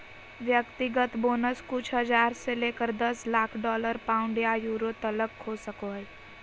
व्यक्तिगत बोनस कुछ हज़ार से लेकर दस लाख डॉलर, पाउंड या यूरो तलक हो सको हइ